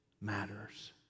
matters